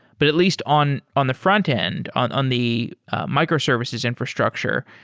but at least on on the frontend, on on the microservices infrastructure,